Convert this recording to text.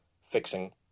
fixing